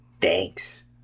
Thanks